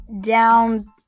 down